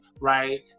right